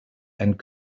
and